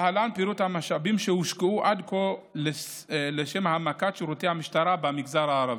להלן פירוט המשאבים שהושקעו עד כה לשם העמקת שירותי המשטרה במגזר הערבי: